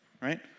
right